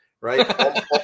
right